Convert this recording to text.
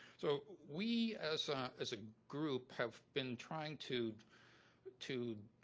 so we as ah as a group have been trying to but to